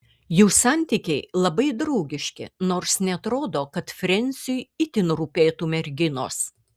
jų santykiai labai draugiški nors neatrodo kad frensiui itin rūpėtų merginos